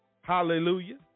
Hallelujah